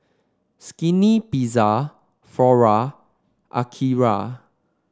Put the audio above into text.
Skinny Pizza Flora Akira